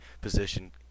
position